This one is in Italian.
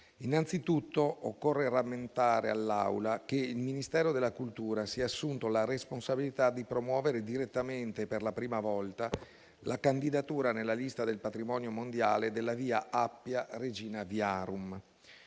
Innanzitutto occorre rammentare all'Assemblea che il Ministero della cultura si è assunto la responsabilità di promuovere direttamente, per la prima volta, la candidatura nella lista del patrimonio mondiale della via Appia Regina Viarum.